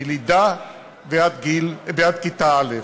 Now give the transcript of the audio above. מלידה עד כיתה א'.